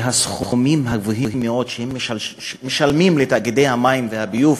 לסכומים הגבוהים מאוד שהם משלמים לתאגידי המים והביוב